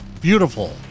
beautiful